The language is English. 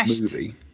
movie